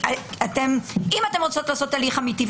אם אתן רוצות לעשות הליך אמיתי,